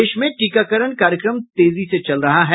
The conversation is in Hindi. देश में टीकाकरण कार्यक्रम तेजी से चल रहा है